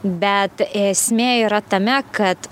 bet esmė yra tame kad